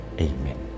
Amen